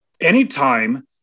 Anytime